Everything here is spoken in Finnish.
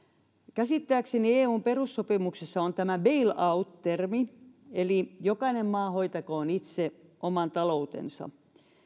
käsittääkseni eun perussopimuksessa on tämä bail out termi eli jokainen maa hoitakoon itse oman taloutensa